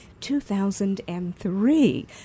2003